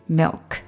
milk